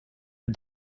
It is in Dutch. hoe